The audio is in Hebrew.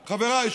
חבריי,